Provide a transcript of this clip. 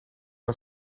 nog